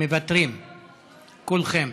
מוותרים, כולכם.